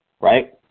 right